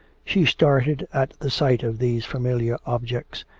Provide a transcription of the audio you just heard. she started at the sight of these familiar objects,